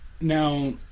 Now